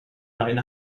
leine